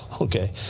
okay